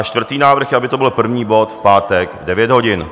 Čtvrtý návrh je, aby to byl první bod v pátek v 9 hodin.